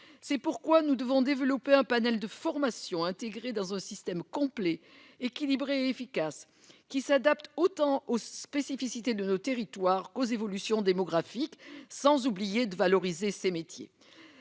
C'est pourquoi nous devons développer un panel de formations intégrées dans un système complet, équilibré et efficace, qui s'adapte autant aux spécificités de nos territoires qu'aux évolutions démographiques, sans oublier de valoriser ces métiers.